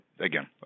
again